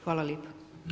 Hvala lijepa.